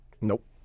Nope